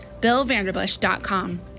BillVanderbush.com